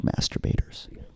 masturbators